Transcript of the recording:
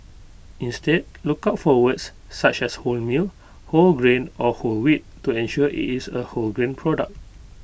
instead look out for words such as wholemeal whole grain or whole wheat to ensure IT is A wholegrain product